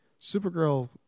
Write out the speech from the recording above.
Supergirl